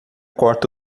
corta